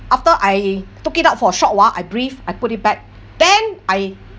after I took it up for a short while I breathe I put it back then I